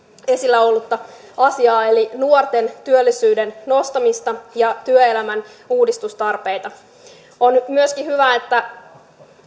esillä ollutta asiaa eli nuorten työllisyyden nostamista ja työelämän uudistustarpeita on myöskin hyvä että